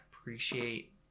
appreciate